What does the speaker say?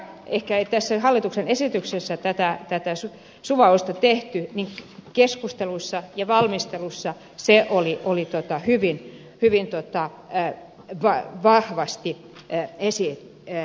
vaikkei ehkä tässä hallituksen esityksessä tätä suvausta tehty niin keskusteluissa ja valmistelussa se oli hyvin vahvasti esillä